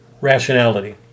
rationality